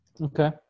Okay